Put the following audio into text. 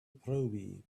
proby